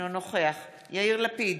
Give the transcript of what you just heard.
אינו נוכח יאיר לפיד,